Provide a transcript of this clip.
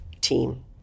team